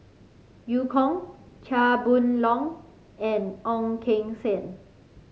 Eu Kong Chia Boon Leong and Ong Keng Sen